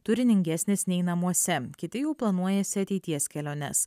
turiningesnis nei namuose kiti jau planuojasi ateities keliones